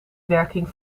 werking